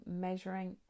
measuring